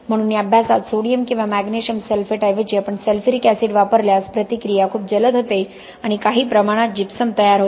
म्हणून या अभ्यासात सोडियम किंवा मॅग्नेशियम सल्फेट ऐवजी आपण सल्फ्यूरिक ऍसिड वापरल्यास प्रतिक्रिया खूप जलद होते आणि काही प्रमाणात जिप्सम तयार होते